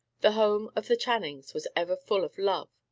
the home of the channings was ever full of love,